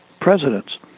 presidents